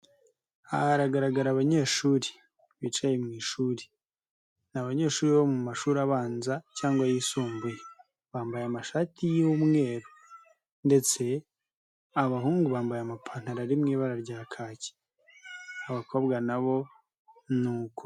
Aha haragaragara abanyeshuri. Bicaye mu ishuri. Ni abanyeshuri bo mu mashuri abanza cyangwa ayisumbuye, bambaye amashati y'umweru ndetse abahungu bambaye amapantaro ari mu ibara rya kaki, abakobwa nabo ni uko.